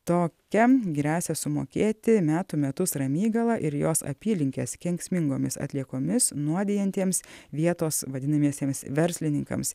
tokia gresia sumokėti metų metus ramygalą ir jos apylinkes kenksmingomis atliekomis nuodijantiems vietos vadinamiesiems verslininkams